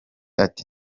ati